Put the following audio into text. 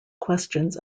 questions